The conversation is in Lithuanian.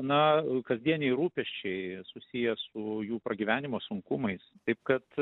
na kasdieniai rūpesčiai susiję su jų pragyvenimo sunkumais taip kad